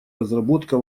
разработка